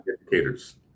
educators